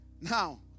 Now